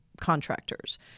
contractors